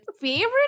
favorite